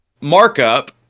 markup